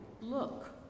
Look